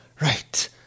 right